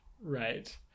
Right